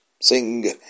sing